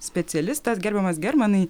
specialistas gerbiamas germanai